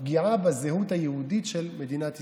הפגיעה בזהות היהודית של מדינת ישראל.